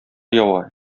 ява